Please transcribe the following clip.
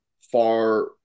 far